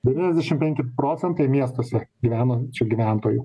devyniasdešim penki procentai miestuose gyvenančių gyventojų